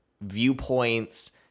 viewpoints